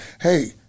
hey